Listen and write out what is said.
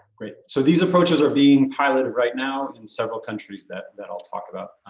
great, so these approaches are being piloted right now in several countries that that i'll talk about,